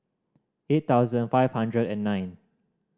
eight thousand five hundred and nine